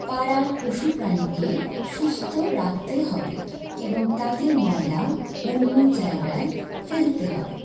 পাড়ার পশুপ্রাণীকে সুস্থ রাখতে হবে এবং তাদের ময়লা অন্য জায়গায় ফেরুতে হবে